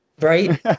Right